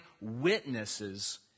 witnesses